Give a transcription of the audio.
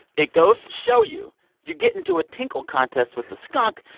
it goes to show you you get into a tinkle contest with a skunk,